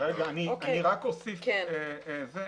אני אוסיף ואומר